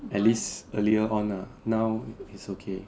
at least earlier on lah now is okay